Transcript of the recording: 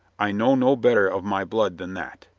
i know no better of my blood than that.